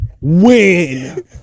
win